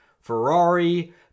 Ferrari